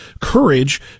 courage